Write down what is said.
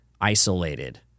isolated